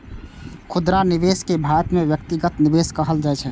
खुदरा निवेशक कें भारत मे व्यक्तिगत निवेशक कहल जाइ छै